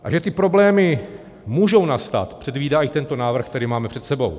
A že problémy můžou nastat, předvídá i tento návrh, který máme před sebou.